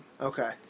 Okay